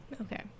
Okay